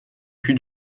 cul